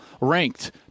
ranked